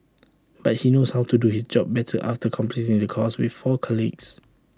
but he knows how to do his job better after completing the course with four colleagues